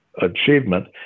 achievement